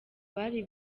bari